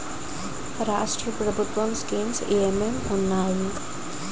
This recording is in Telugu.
రాష్ట్రం ప్రభుత్వ స్కీమ్స్ ఎం ఎం ఉన్నాయి?